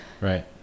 right